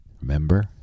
Remember